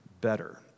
better